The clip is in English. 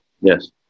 Yes